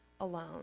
alone